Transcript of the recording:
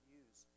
use